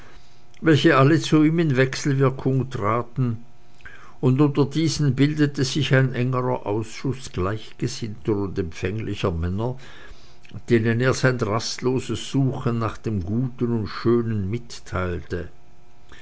welche alle zu ihm in wechselwirkung traten und unter diesen bildete sich ein engerer ausschuß gleichgesinnter und empfänglicher männer denen er sein rastloses suchen nach dem guten und schönen mitteilte